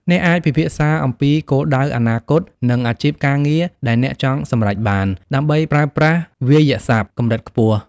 អ្នកអាចពិភាក្សាអំពីគោលដៅអនាគត និងអាជីពការងារដែលអ្នកចង់សម្រេចបាន ដើម្បីប្រើប្រាស់វាក្យសព្ទកម្រិតខ្ពស់។